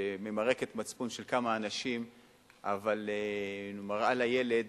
שממרקת מצפון של כמה אנשים אבל מראה לילד